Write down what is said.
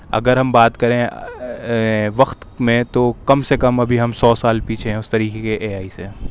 اگر ہم بات کریں وقت میں تو کم سے کم ابھی ہم سو سال پیچھے ہیں اس طریقے کے اے آئی سے